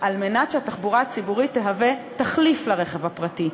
על מנת שהתחבורה הציבורית תהווה תחליף לרכב הפרטי.